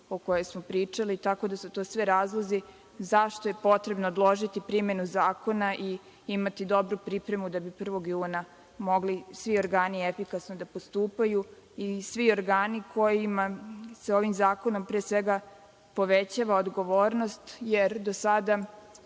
o kojoj smo pričali. Tako da su to sve razlozi zašto je potrebno odložiti primenu zakona i imati dobru pripremu da bi 1. juna mogli svi organi efikasno da postupaju. I, svi organi kojima se ovim zakonom, pre svega povećava odgovornost, jer do sada